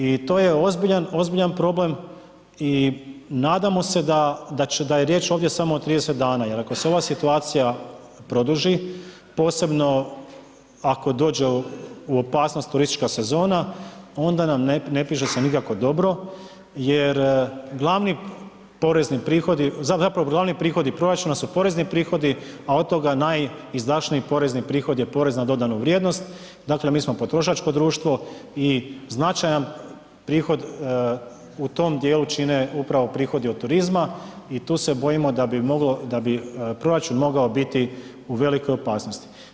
I to je ozbiljan problem i nadamo se da je riječ ovdje samo o 30 dana jer ako se ova situacija produži, posebno ako dođe u opasnost turistička sezona, onda nam ne piše se nikakvo dobro jer glavni porezni prihodi zapravo glavni prihodi proračuna su porezni prihodi a od toga najizdašniji porezni prihod je PDV, dakle mi smo potrošačko društvo i značajan prihod u tom djelu čine upravo prihodi od turizma i tu se bojimo da bi proračun mogao biti u velikoj opasnost.